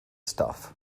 stuff